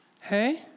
hey